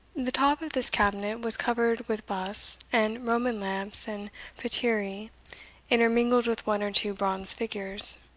the top of this cabinet was covered with busts, and roman lamps and paterae, intermingled with one or two bronze figures.